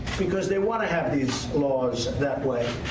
because they want to have these laws that way.